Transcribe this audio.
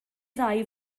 ddau